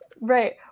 Right